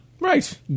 Right